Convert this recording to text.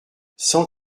cent